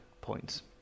points